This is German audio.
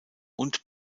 und